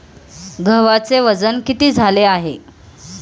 गव्हाचे वजन किती झाले आहे?